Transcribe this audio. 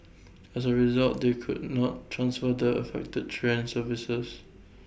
as A result they could not transfer the affected train services